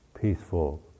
peaceful